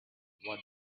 what